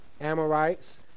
Amorites